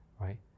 right